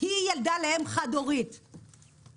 היא ילדה לאם חד הורית שפלשו,